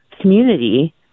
community